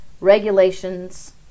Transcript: regulations